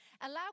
Allow